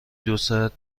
دوساعت